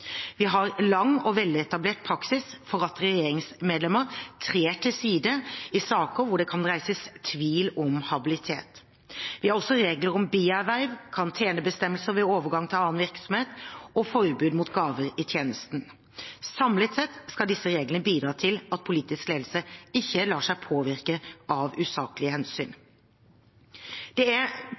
Vi har lang og veletablert praksis for at regjeringsmedlemmer trer til side i saker hvor det kan reises tvil om habilitet. Vi har også regler om bierverv, karantenebestemmelser ved overgang til annen virksomhet og forbud mot gaver i tjenesten. Samlet sett skal disse reglene bidra til at politisk ledelse ikke lar seg påvirke av usaklige hensyn. Det er